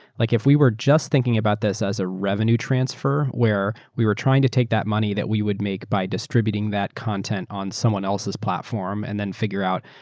like if we were just thinking about this as a revenue transfer where we were trying to take that money that we would make by distributing that content on someone else's platform and then figure out,